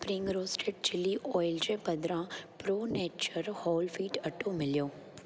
spring roasted chilli oil जे बदिरां pro nature whole wheat अटो मिलियो